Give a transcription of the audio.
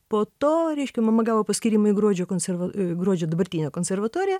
po to reiškia mama gavo paskyrimą į gruodžio konserva gruodžio dabartinę konservatoriją